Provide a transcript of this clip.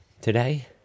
today